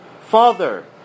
Father